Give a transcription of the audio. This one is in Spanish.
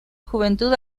juventud